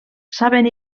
saben